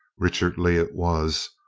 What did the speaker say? richard lee it was,